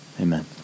amen